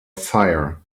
fire